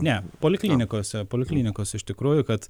ne poliklinikose poliklinikos iš tikrųjų kad